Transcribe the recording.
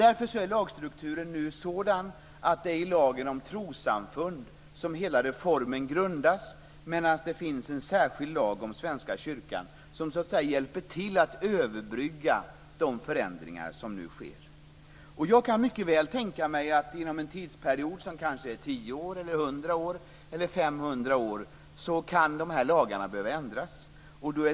Därför är lagstrukturen nu sådan att hela reformen grundas på lagen om trossamfund, medan det finns en särskild lag om Svenska kyrkan som så att säga hjälper till att överbrygga de förändringar som nu sker. Jag kan mycket väl tänka mig att de här lagarna inom en tidsperiod av kanske 10, 100 eller 500 år kan behöva ändras.